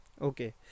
Okay